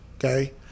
Okay